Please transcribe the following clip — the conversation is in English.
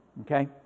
Okay